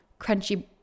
crunchy